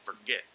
forget